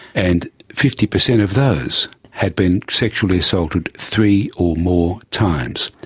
and fifty percent of those had been sexually assaulted three or more times.